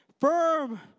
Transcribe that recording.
firm